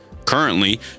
Currently